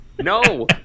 no